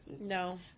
No